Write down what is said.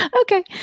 okay